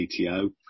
CTO